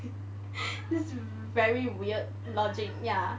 this very weird logic ya